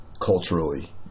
culturally